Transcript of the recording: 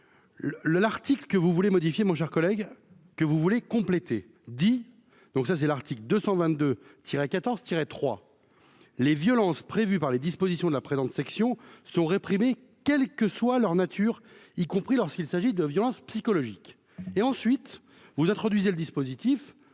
l'article que vous voulez modifier mon cher collègue que vous voulez compléter, dis donc, ça, c'est l'article 222 14 tiré trois les violences prévues par les dispositions de la présente section sont réprimées, quelle que soit leur nature, y compris lorsqu'il s'agit de violences psychologiques et ensuite vous introduisez le dispositif